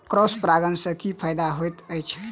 Cross परागण सँ की फायदा हएत अछि?